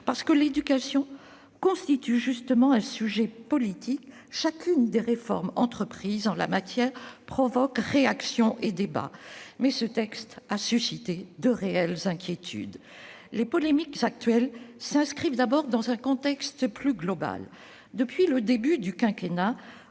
Parce que l'éducation constitue justement un sujet politique, chacune des réformes entreprises en la matière provoque réactions et débats. Mais ce texte a suscité de réelles inquiétudes. Les polémiques actuelles s'inscrivent tout d'abord dans un contexte plus global : depuis le début du quinquennat,